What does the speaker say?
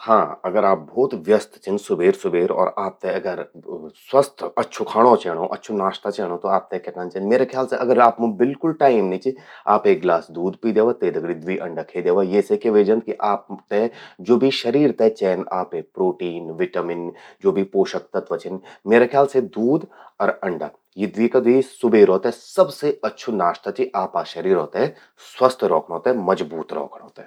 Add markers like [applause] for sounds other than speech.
हां...अगर आप भौत व्यस्त छिन सुबेर-सुबेर, आपते अगर [hesitation] स्वस्थ, अच्छु खांणों चेंणूं, अच्छू नाश्ता चेंणूं त आपते क्या कन चेंद, म्येरा ख्याल से अगर आपमूं बिल्कुव भी टाइम नी चि, आप एक गिलास दूध पी द्यावा, ते दगड़ि द्वी अंडा खे द्यावा। ये से क्या ह्वे जंद कि आपते, ज्वो भी शरीर ते चेंद आपे प्रोटीन, विटामिन, ज्वो भी पोषक तत्व छिन। म्येरा ख्याल से दूध अर अंडा..यी द्वी का द्वी सुबेरो ते सबसे अच्छु नाश्ता चि आपा शरीरौ ते स्वस्थ रौखणों ते, मजबूत रौखणों ते।